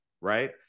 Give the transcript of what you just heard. right